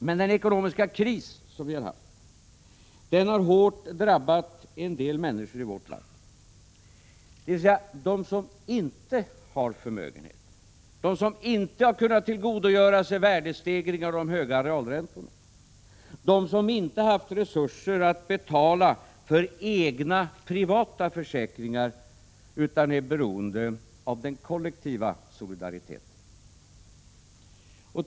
Men den ekonomiska kris som vi har haft har hårt drabbat en del människor i vårt land, nämligen dem som inte har förmögenheter, som inte har kunnat tillgodogöra sig värdestegringen och de höga realräntorna, som inte haft resurser att betala för egna, privata försäkringar utan som är beroende av den kollektiva solidariteten.